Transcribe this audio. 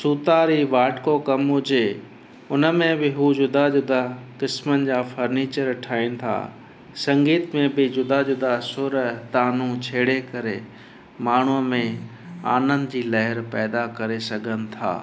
सूतारी वाटको कम हुजे उन में बि हू जुदा जुदा क़िस्मनि जा फ़र्नीचर ठाहीनि था संगीत में बि जुदा जुदा सुर तानूं छेड़े करे माण्हूअ में आनंद जी लहर पैदा करे सघनि था